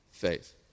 faith